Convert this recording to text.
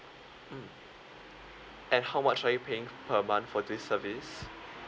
mm and how much are you paying per month for this service